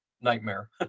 nightmare